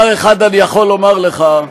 אבל דבר אחד אני יכול לומר לך: